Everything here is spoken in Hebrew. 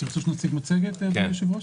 תרצו שנציג מצגת, אדוני היושב-ראש?